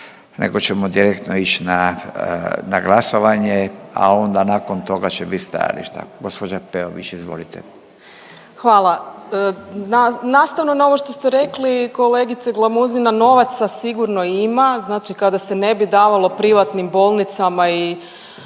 nego ćemo direktno ić na, na glasovanje, a onda nakon toga će bit stajališta. Gđa. Peović, izvolite. **Peović, Katarina (RF)** Hvala. Nastavno na ovo što ste rekli kolegice Glamuzina, novaca sigurno ima, znači kada se ne bi davalo privatnim bolnicama i